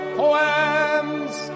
poems